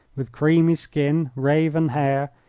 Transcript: with creamy skin, raven hair,